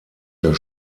der